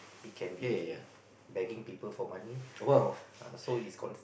it can be begging people for money so is con~